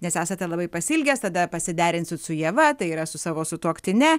nes esate labai pasiilgęs tada pasiderinsit su ieva tai yra su savo sutuoktine